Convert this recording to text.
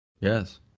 Yes